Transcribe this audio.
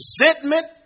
resentment